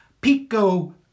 Pico